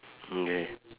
mm K